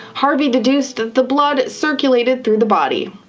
harvey deduced that the blood circulated through the body.